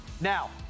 Now